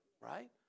right